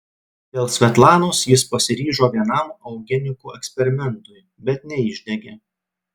dėl svetlanos jis pasiryžo vienam eugenikų eksperimentui bet neišdegė